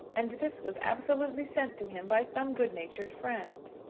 and this was absolutely sent to him by some good-natured friend!